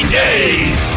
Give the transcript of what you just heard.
days